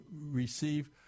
receive